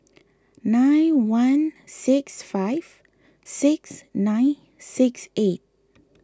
nine one six five six nine six eight